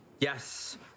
Yes